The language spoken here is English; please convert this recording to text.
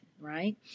right